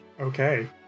Okay